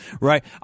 right